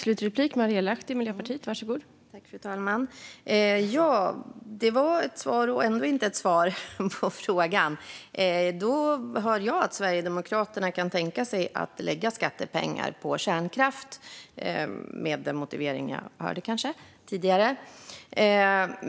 Fru talman! Det var ett svar men ändå inte ett svar på frågan. Då hör jag att Sverigedemokraterna kanske kan tänka sig att lägga skattepengar på kärnkraft med den motivering jag tidigare hörde.